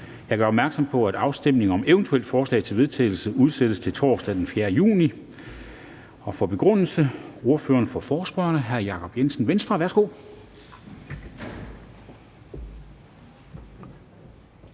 Jeg gør opmærksom på, at afstemning om eventuelle forslag til vedtagelse udsættes til torsdag den 4. juni 2020. For begrundelse af forespørgslen er det først ordføreren for forespørgerne, hr. Jacob Jensen, Venstre. Værsgo.